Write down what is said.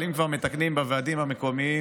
אבל אם כבר מתקנים בוועדים המקומיים,